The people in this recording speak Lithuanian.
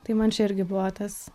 tai man čia irgi buvo tas